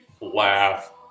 laugh